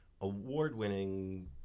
award-winning